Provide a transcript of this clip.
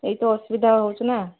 ଏଇତ ଅସୁବିଧା ହେଉଛି'ନା